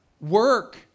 work